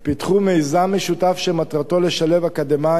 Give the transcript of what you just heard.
פיתחו מיזם משותף שמטרתו לשלב אקדמאים